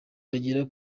bagera